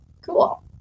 Cool